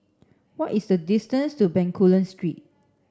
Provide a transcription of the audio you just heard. what is the distance to Bencoolen Street